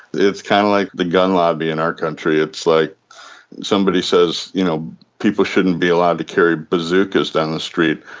it's kind of like the gun lobby in our country. it's like somebody says you know people shouldn't be allowed to carry bazookas down the street,